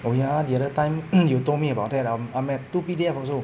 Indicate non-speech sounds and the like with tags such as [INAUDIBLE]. oh ya the other time [COUGHS] you told me about that I'm I'm at two P D F also